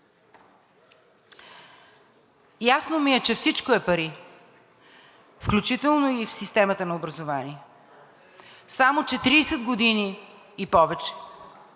ясно ми е, че всичко е пари, включително и в системата на образованието, само че 30 и повече